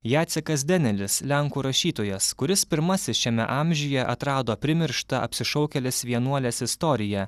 jacekas denelis lenkų rašytojas kuris pirmasis šiame amžiuje atrado primirštą apsišaukėlės vienuolės istoriją